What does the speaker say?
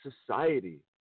society